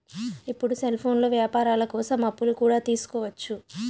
ఇప్పుడు సెల్ఫోన్లో వ్యాపారాల కోసం అప్పులు కూడా తీసుకోవచ్చు